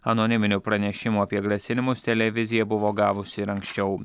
anoniminių pranešimų apie grasinimus televizija buvo gavusi ir anksčiau